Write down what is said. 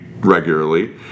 regularly